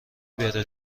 بره